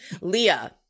leah